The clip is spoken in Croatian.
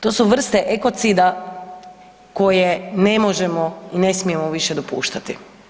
To su vrste ekocida koje ne možemo i ne smijemo više dopuštati.